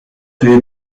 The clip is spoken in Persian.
توی